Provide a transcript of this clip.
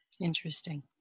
Interesting